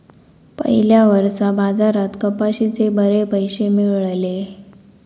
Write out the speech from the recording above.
पयल्या वर्सा बाजारात कपाशीचे बरे पैशे मेळलले